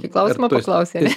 į klausimą paklausi ane